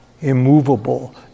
immovable